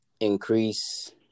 increase